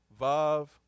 vav